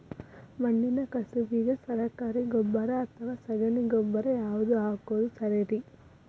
ಮಣ್ಣಿನ ಕಸುವಿಗೆ ಸರಕಾರಿ ಗೊಬ್ಬರ ಅಥವಾ ಸಗಣಿ ಗೊಬ್ಬರ ಯಾವ್ದು ಹಾಕೋದು ಸರೇರಿ?